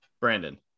Brandon